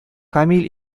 камил